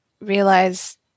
realize